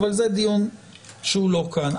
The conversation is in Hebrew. אבל זה דיון שהוא לא כאן.